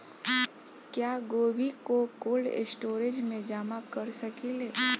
क्या गोभी को कोल्ड स्टोरेज में जमा कर सकिले?